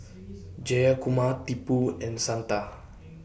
Jayakumar Tipu and Santha